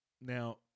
Now